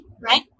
right